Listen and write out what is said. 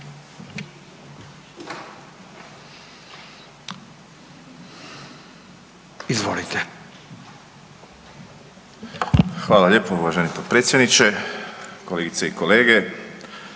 (HDZ)** Hvala lijepa uvaženi potpredsjedniče. Kolegice i kolege,